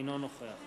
אינו נוכח